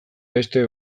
beste